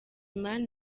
mani